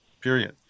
period